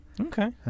Okay